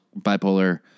bipolar